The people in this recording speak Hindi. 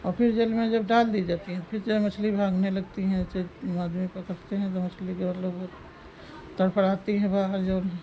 औ फिर जल में जब डाल दी जाती हैं तो फिर जो है मछली भागने लगती हैं चाहे वह आदमी पकड़ते हैं तो मछली तड़फड़ाती है बाहर जो है